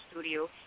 studio